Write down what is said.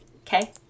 Okay